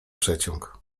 przeciąg